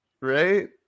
Right